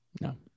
no